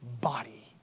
body